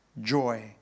joy